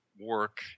work